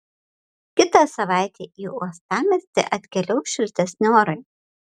kitą savaitę į uostamiestį atkeliaus šiltesni orai